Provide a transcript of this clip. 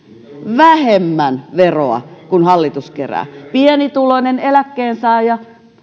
vähemmän veroa kuin hallitus kerää pienituloinen eläkkeensaaja